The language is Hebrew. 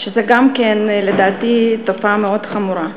זו גם כן, לדעתי, תופעה מאוד חמורה.